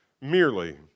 merely